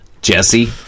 Jesse